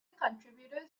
contributors